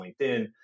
LinkedIn